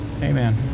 Amen